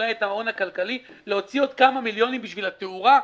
אולי את ההון הכלכלי להוציא עוד כמה מיליונים בשביל התאורה.